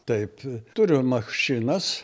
taip turiu mašinas